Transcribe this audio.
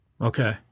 Okay